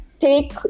take